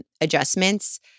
adjustments